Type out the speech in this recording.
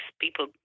people